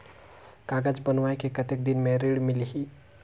कागज बनवाय के कतेक दिन मे ऋण मिलही?